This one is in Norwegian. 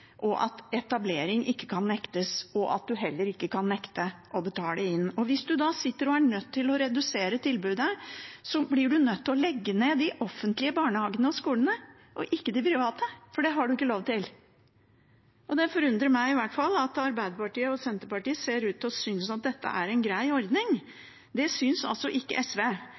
at staten godkjenner, at etablering ikke kan nektes, og at man heller ikke kan nekte å betale inn. Hvis man da sitter og er nødt til å redusere tilbudet, blir man nødt til å legge ned de offentlige barnehagene og skolene og ikke de private, for det har man ikke lov til. Det forundrer meg i hvert fall at Arbeiderpartiet og Senterpartiet ser ut til å synes at dette er en grei ordning. Det syns altså ikke SV.